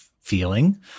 feeling